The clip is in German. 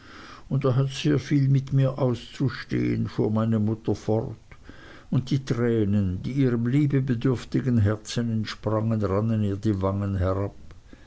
und er hat sehr viel mit mir auszustehen fuhr meine mutter fort und die tränen die ihrem liebebedürftigen herzen entsprangen rannen ihr die wangen herab